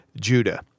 Judah